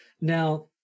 Now